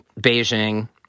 Beijing